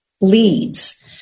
leads